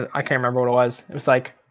i can't remember what it was, it's like.